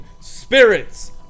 spirits